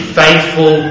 faithful